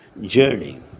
journey